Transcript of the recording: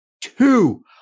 two